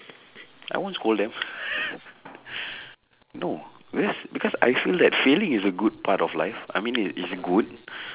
I won't scold them no whereas because I feel that failing is a good part of life I mean it it's good